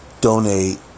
Donate